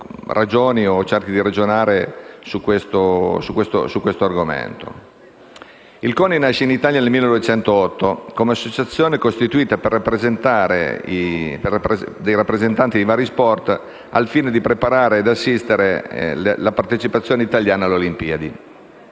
Il CONI nasce in Italia nel 1908, come associazione dei rappresentanti dei vari sport, al fine di preparare ed assistere la partecipazione italiana alle olimpiadi.